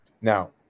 Now